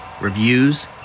reviews